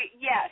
yes